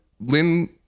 Lynn